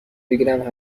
بگیرم